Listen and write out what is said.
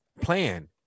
plan